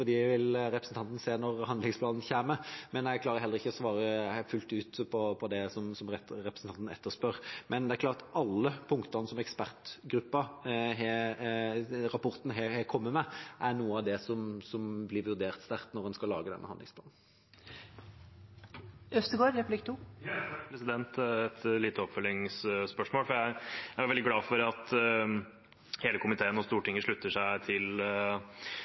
vil representanten se når handlingsplanen kommer. Jeg klarer heller ikke å svare fullt ut på det representanten etterspør, men det er klart at alle punktene som ekspertgruppen har kommet med i rapporten, er noe av det som blir vurdert sterkt når en skal lage denne handlingsplanen. Jeg har et lite oppfølgingsspørsmål. Jeg er veldig glad for at hele komiteen og Stortinget slutter seg til